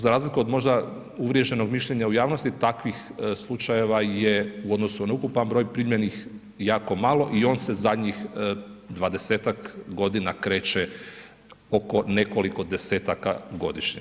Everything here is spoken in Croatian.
Za razliku od možda uvriježenog mišljenja u javnosti takvih slučajeva je u odnosu na ukupan broj primljenih jako malo i on se zadnjih 20 godina kreće oko nekoliko 10-taka godišnje.